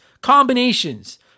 combinations